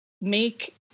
make